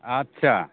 अच्छा